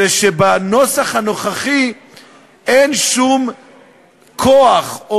היא שבנוסח הנוכחי אין שום כוח או